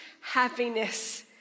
happiness